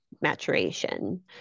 maturation